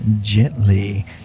gently